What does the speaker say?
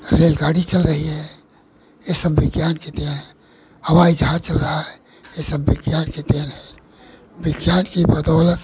रेलगाड़ी चल रही है यह सब विज्ञान की देन है हवाई जहाज चल रहा है यह सब विज्ञान की देन है विज्ञान की बदौलत